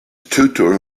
tutor